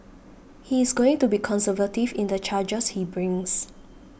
he is going to be conservative in the charges he brings